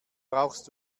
brauchst